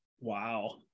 Wow